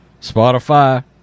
Spotify